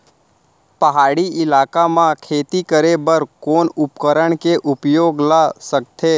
पहाड़ी इलाका म खेती करें बर कोन उपकरण के उपयोग ल सकथे?